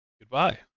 goodbye